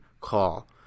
call